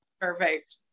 perfect